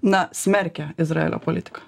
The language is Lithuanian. na smerkia izraelio politiką